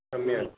सम्यक्